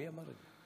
מי אמר את זה?